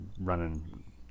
running